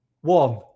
One